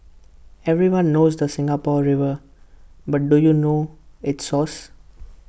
everyone knows the Singapore river but do you know its source